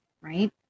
right